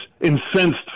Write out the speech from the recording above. incensed